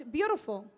beautiful